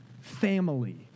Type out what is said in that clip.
family